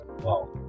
Wow